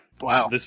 Wow